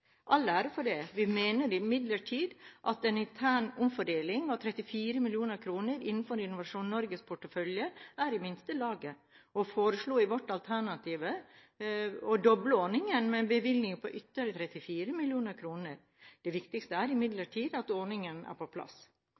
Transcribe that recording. for det. Vi mener imidlertid at en intern omfordeling av 34 mill. kr innenfor Innovasjon Norges portefølje er i minste laget og foreslo i vårt alternative budsjett å doble ordningen med en bevilgning på ytterligere 34 mill. kr. Det viktigste er imidlertid at ordningen er på plass.